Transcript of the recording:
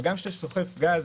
אבל כשאתה שורף גז,